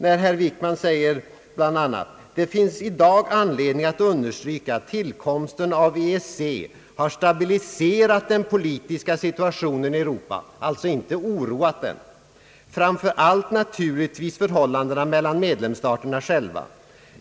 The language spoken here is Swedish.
Herr Wickman säger ju bl.a.: »Det finns i dag anledning att understryka, att tillkomsten av EEC har stabiliserat den politiska situationen i Europa» — alltså inte oroat den — »framför allt naturligtvis förhållandena mellan medlems staterna själva.